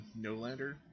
Nolander